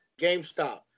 GameStop